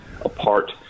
apart